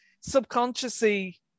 subconsciously